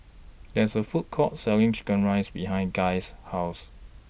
There's A Food Court Selling Chicken Rice behind Guy's House